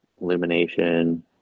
illumination